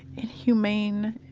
inhumane